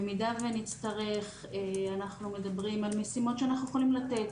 במידה שנצטרך אנחנו מדברים על משימות שאנחנו יכולים לתת,